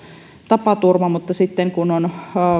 tapaturma mutta sitten kun